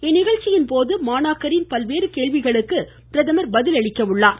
இந்நிகழ்ச்சியின்போது மாணாக்கரின் பல்வேறு கேள்விகளுக்கு பிரதமர் பதிலளிக்க உள்ளார்